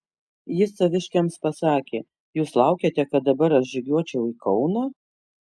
jis saviškiams pasakė jūs laukiate kad dabar aš žygiuočiau į kauną